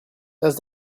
does